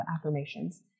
affirmations